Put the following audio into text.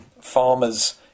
farmers